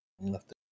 left